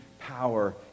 power